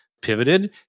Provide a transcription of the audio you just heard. pivoted